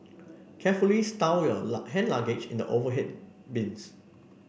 carefully stow your hand luggage in the overhead bins